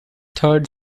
third